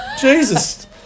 Jesus